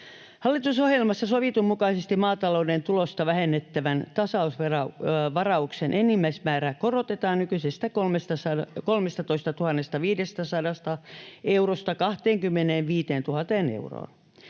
Hallitusohjelmassa sovitun mukaisesti maatalouden tulosta vähennettävän tasausvarauksen enimmäismäärää korotetaan nykyisestä 13 500 eurosta 25 000 euroon.